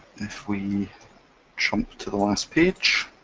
if we jump to the last page,